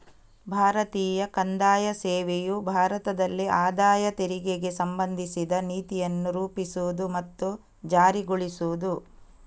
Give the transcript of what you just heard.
ಭಾರತೀಯ ಕಂದಾಯ ಸೇವೆಯು ಭಾರತದಲ್ಲಿ ಆದಾಯ ತೆರಿಗೆಗೆ ಸಂಬಂಧಿಸಿದ ನೀತಿಯನ್ನು ರೂಪಿಸುವುದು ಮತ್ತು ಜಾರಿಗೊಳಿಸುವುದು